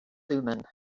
thummim